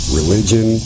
religion